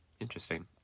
interesting